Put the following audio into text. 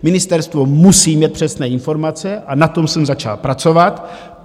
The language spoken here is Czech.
Ministerstvo musí mít přesné informace a na tom jsem začal pracovat.